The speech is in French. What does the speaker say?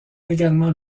également